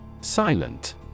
Silent